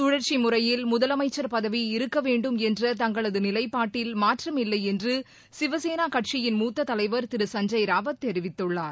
கமற்சி முறையில் முதலனமச்சர் பதவி இருக்கவேண்டும் என்ற தங்களது நிலைப்பாட்டில் மாற்றமில்லை என்று சிவசேனா கட்சியின் மூத்த தலைவர் திரு சஞ்சய் ராவத் தெரிவித்துள்ளார்